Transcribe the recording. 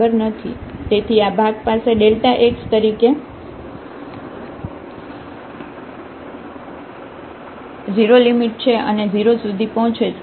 તેથી આ ભાગ પાસે x તરીકે 0 લિમિટ છે અને 0 સુધી પહોંચે છે